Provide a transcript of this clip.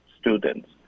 students